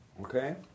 Okay